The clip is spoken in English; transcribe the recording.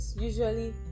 usually